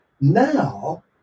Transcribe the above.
Now